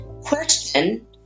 Question